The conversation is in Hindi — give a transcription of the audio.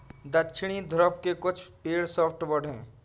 दक्षिणी ध्रुव के कुछ पेड़ सॉफ्टवुड हैं